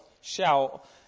Shout